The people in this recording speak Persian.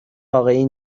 واقعی